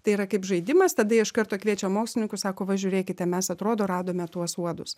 tai yra kaip žaidimas tada jie iš karto kviečia mokslininkus sako va žiūrėkite mes atrodo radome tuos uodus